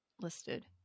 listed